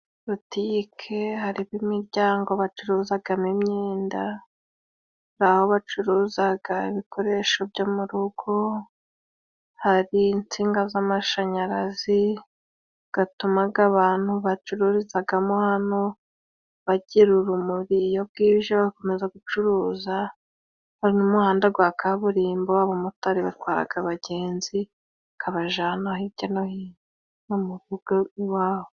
Botike harimo imiryango bacuruzagamo imyenda, aho bacuruzaga ibikoresho byo mu rugo ,hari insinga z'amashanyarazi; gatumaga abantu bacururizagamo hano bagira urumuri; iyo bwije bagakomeza gucuruza . Hari n'umuhanda gwa kaburimbo. Abamotari batwaraga abagenzi kabajana hirya no hino no mu mago g'iwabo.